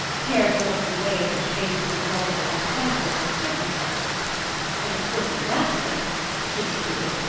cared more for the way in which faces are modelled by temperament and circumstance and of course in that sense, she concluded,